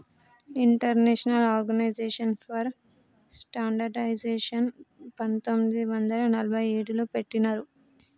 international organization for స్టాండర్డయిజేషన్ని పంతొమ్మిది వందల నలభై ఏడులో పెట్టినరు